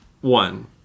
One